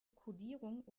kodierung